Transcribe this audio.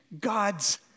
God's